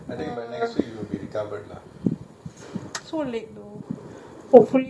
so late though hopefully by this week hmm